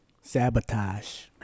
Sabotage